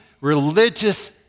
religious